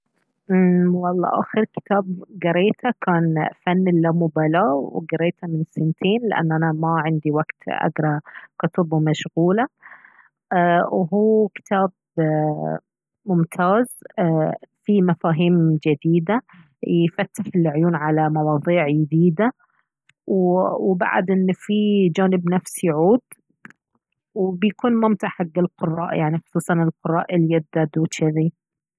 امم والله أخر كتاب قريته كان فن اللامبالاه وقريته من سنتين لأنه أنا ما عندي وقت أقرأ كتبه ومشغولة وهو كتاب ممتاز فيه مفاهيم جديدة. يفتح العيون على مواضيع يديدة. وبعد أن فيه جانب نفسي عود. وبيكون ممتع حق القراء يعني خصوصا القراء اليدد وجذي.